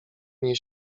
nie